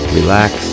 relax